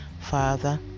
Father